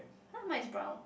[huh] mine is brown